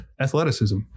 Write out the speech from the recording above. athleticism